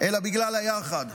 אלא בגלל היחד,